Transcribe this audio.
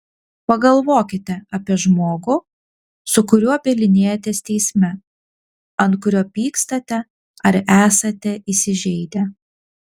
pagalvokite apie žmogų su kuriuo bylinėjatės teisme ant kurio pykstate ar esate įsižeidę